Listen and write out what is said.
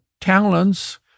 talents